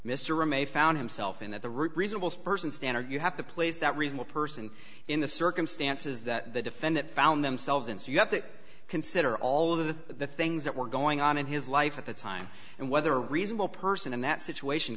remade found himself in at the root reasonable person standard you have to place that reasonable person in the circumstances that the defendant found themselves in so you have to consider all of the things that were going on in his life at the time and whether a reasonable person in that situation